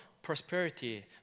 Prosperity